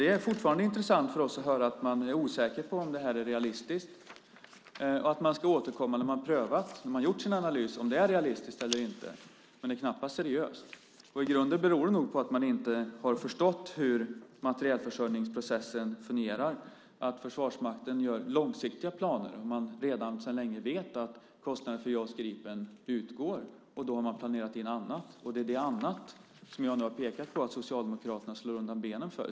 Det är fortfarande intressant för oss att höra att man är osäker på om det här är realistiskt och att man ska återkomma när man prövat och gjort sin analys om det är realistiskt eller inte, men det är knappast seriöst. I grunden beror det nog på att man inte har förstått hur materielförsörjningsprocessen fungerar och att Försvarsmakten gör långsiktiga planer så att man redan sedan länge vet att kostnaden för JAS Gripen utgår. Då har man planerat in annat, och det är detta andra som jag nu har pekat på att Socialdemokraterna slår undan benen för.